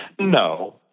No